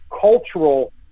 cultural